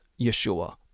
Yeshua